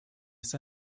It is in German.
ist